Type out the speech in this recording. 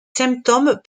symptômes